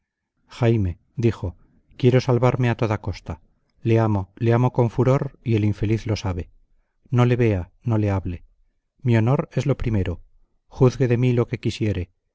jaime dijo quiero salvarme a toda costa le amo le amo con furor y el infeliz lo sabe no le vea no le hable mi honor es lo primero juzgue de mí lo que quisiere